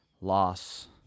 loss